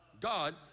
God